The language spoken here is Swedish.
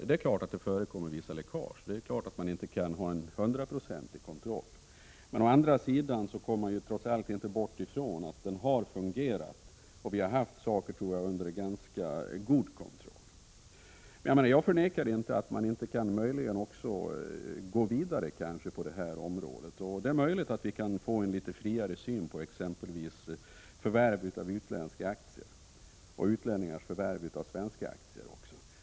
Det är klart att det förekommer vissa läckage och att man inte kan ha en hundraprocentig kontroll. Å andra sidan kan man trots allt inte komma ifrån att den har fungerat och att vi har haft det hela under ganska god kontroll. Jag förnekar dock inte att det kan vara möjligt att gå vidare på detta område. Det är också möjligt att vi skulle kunna få en litet friare syn på exempelvis förvärv av utländska aktier och utlänningars förvärv av svenska aktier.